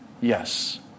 Yes